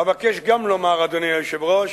אבקש גם לומר, אדוני היושב-ראש,